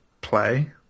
play